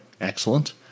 Excellent